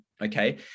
okay